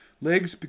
legs